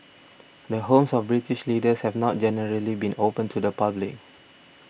the homes of British leaders have not generally been open to the public